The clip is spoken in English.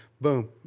boom